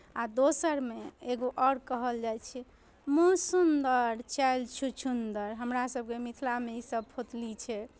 आ दोसरमे एगो आओर कहल जाइ छै मूँह सुन्दर चालि छुछुन्दर हमरासभके मिथिलामे ईसभ फोतली छै